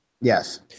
Yes